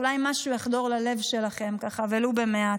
אולי משהו יחדור ללב שלכם ולו במעט.